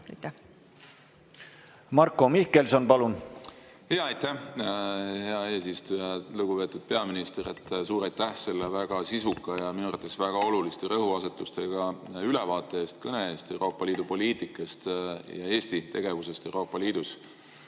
Marko Mihkelson, palun! Aitäh, hea eesistuja! Lugupeetud peaminister! Suur aitäh selle väga sisuka ja minu arvates väga oluliste rõhuasetustega ülevaate eest, kõne eest Euroopa Liidu poliitikast ja Eesti tegevusest Euroopa Liidus!